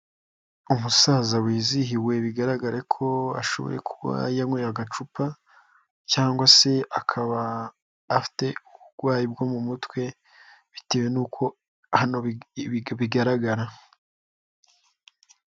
Umusaza wizihiwe bigaragara ko ashobora kuba yanyweye agacupa, cyangwa se akaba afite uburwayi bwo mu mutwe bitewe n'uko hano bigaragara.